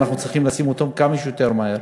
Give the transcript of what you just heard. שאנחנו צריכים לשים אותן כמה שיותר מהר.